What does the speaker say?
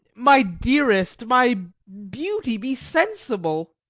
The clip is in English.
my dearest, my beauty, be sensible!